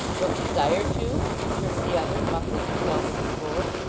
don't desire to returned the other, muffling himself as before.